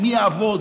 מי יעבוד,